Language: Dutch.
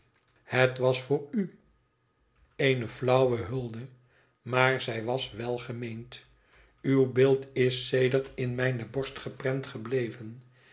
het was voor u eene flauwe het verlaten huis hulde maar zij was welgemeend uw beeld is sedert in mijne borst geprent gebleven